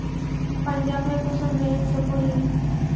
पंजाब में कुंसम भेज सकोही?